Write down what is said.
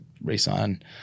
re-sign